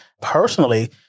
Personally